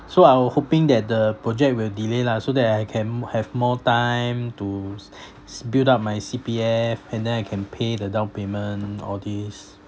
so I were hoping that the project will delay lah so that I can m~ have more time to s~ s~ build up my C_P_F and then I can pay the down payment all these